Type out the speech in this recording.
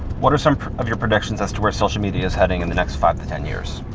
what are some of your predictions as to where social media is heading in the next five to ten years?